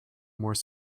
more